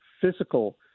physical